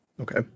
Okay